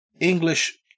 English